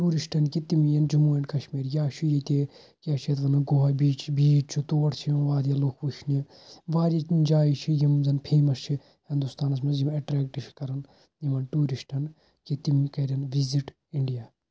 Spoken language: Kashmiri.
ٹیٛوٗرِسٹَن کہِ تِم یِن جموں اینٛڈ کشمیٖر یا چھُ ییٚتہِ کیٛاہ چھِ یتھ ونان گووا بیٖچ چھُ تور چھِ یِوان واریاہ لُکھ وُچھنہِ واریاہ جایہِ چھِ یِم زَن فیمَس چھِ ہِندوستانَس مَنٛز یِم اَیٹریٚکٹہٕ چھِ کَران یمن ٹیٛوٗرِسٹَن کہِ تِم کَرن وِزِٹ اِنڈیا